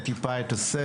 אנחנו נשנה טיפה את הסדר.